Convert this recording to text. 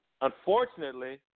unfortunately –